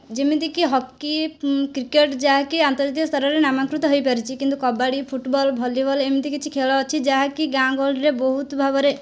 ଯେମିତିକି hockey cricket ଯାହାକି ଆନ୍ତର୍ଜାତିକ ସ୍ତରରେ ନାମାଙ୍କିତ ହୋଇପାରିଛି କିନ୍ତୁ କବାଡ଼ି ଫୁଟବଲ୍ ଭଲିବଲ୍ ଏମିତି କିଛି ଖେଳଅଛି ଯାହାକି ଗାଁ ଗହଳିରେ ବହୁତ ଭାବରେ